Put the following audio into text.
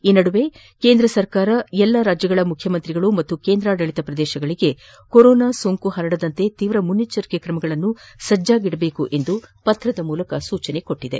ಈ ನಡುವೆ ಕೇಂದ್ರ ಸರ್ಕಾರ ಎಲ್ಲ ರಾಜ್ಯಗಳ ಮುಖ್ಯಮಂತ್ರಿಗಳು ಪಾಗೂ ಕೇಂದ್ರಾಡಳಿತ ಪ್ರದೇಶಗಳಿಗೆ ಕೊರೋನಾ ಸೋಂಕು ಪರಡದಂತೆ ತೀವ್ರ ಮುನ್ನೆಚ್ಚರಿಕೆ ಕ್ರಮಗಳನ್ನು ಸಜ್ವಾಗಿಡುವಂತೆ ಪತ್ರ ಬರೆದಿದೆ